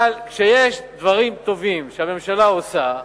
אבל כשיש דברים טובים שהממשלה עושה,